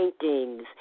paintings